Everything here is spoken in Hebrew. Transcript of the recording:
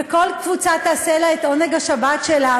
וכל קבוצה תעשה לה את עונג השבת שלה.